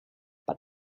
but